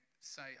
say